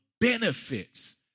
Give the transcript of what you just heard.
benefits